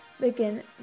begin